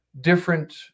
different